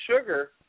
sugar